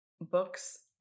Books